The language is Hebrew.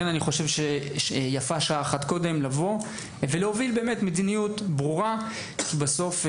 אני חושב שיפה שעה אחת קודם ויש להוביל מדיניות ברורה כי בסוף,